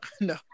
no